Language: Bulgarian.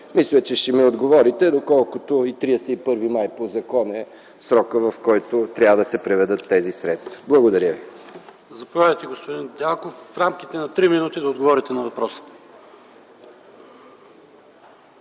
Мисля, че ще ми отговорите, доколкото и 31 май по закон е срокът, в който трябва да се преведат тези средства. Благодаря ви. ПРЕДСЕДАТЕЛ АНАСТАС АНАСТАСОВ: Заповядайте, господин Дянков, в рамките на 3 минути да отговорите на въпроса.